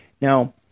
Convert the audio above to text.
Now